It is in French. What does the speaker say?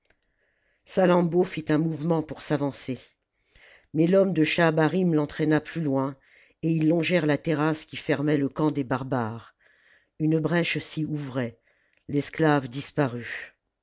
salammbô fit un mouvement pour s'avancer mais l'homme de schahabarim l'entraîna plus loin et ils longèrent la terrasse qui fermait le camp des barbares une brèche s'y ouvrait l'esclave disparut